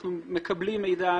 אנחנו מקבלים מידע,